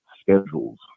schedules